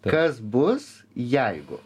kas bus jeigu